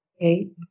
okay